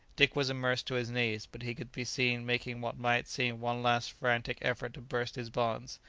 dick was immersed to his knees, but he could be seen making what might seem one last frantic effort to burst his bonds.